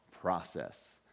process